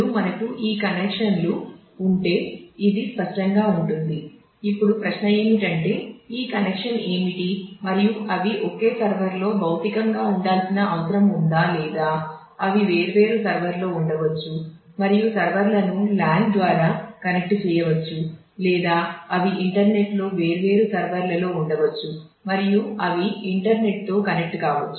మనకు web server కావచ్చు